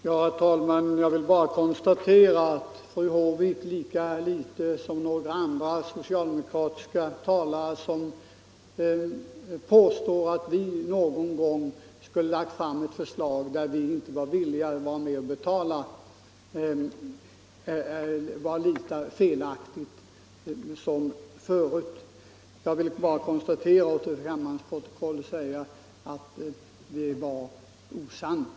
Herr talman! Jag vill bara konstatera att fru Håvik, liksom andra socialdemokratiska talare som påstår att vi någon gång skulle ha lagt fram ett förslag utan att vi ville vara med och betala, hade lika fel som förut. Till kammarens protokoll vill jag säga att det är att fara med osanning.